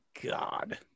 God